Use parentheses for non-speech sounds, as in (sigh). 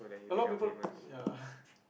a lot of people ya (breath)